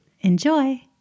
Enjoy